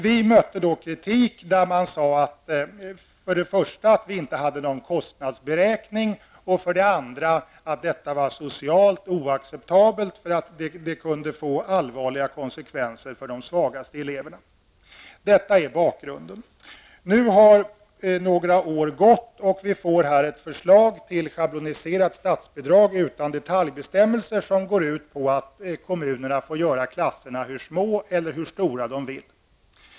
Vi möttes av kritik, där man sade att vi för det första inte hade någon kostnadsberäkning och att det för det andra var socialt oacceptabelt, eftersom det kunde få allvarliga konsekvenser för de svagaste eleverna. Detta är bakgrunden. Nu har några år gått, och vi får här ett förslag till schabloniserat statsbidrag utan detaljbestämmelser som går ut på att kommunerna får göra klasserna hur små eller hur stora de vill.